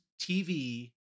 TV